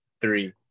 three